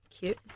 Cute